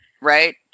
Right